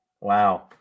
Wow